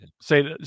Say